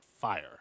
fire